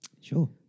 Sure